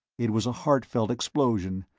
it was a heartfelt explosion.